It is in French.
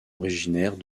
originaires